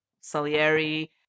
salieri